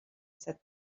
said